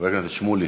חבר הכנסת שמולי,